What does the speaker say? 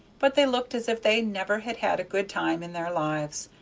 but they looked as if they never had had a good time in their lives.